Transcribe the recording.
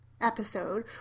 episode